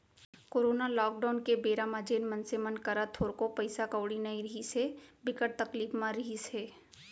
corona lockdown के बेरा म जेन मनसे मन करा थोरको पइसा कउड़ी नइ रिहिस हे, बिकट तकलीफ म रिहिस हे